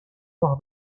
ماه